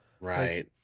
Right